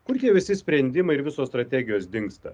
kur tie visi sprendimai ir visos strategijos dingsta